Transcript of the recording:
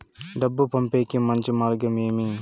డబ్బు పంపేకి మంచి మార్గం ఏమి